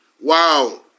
Wow